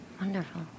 Wonderful